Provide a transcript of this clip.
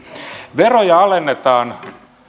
veroja alennetaan